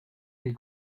les